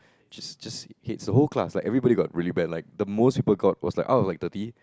she just hates the whole class like everybody got really bad like the most people got was like out of like thirty